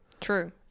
True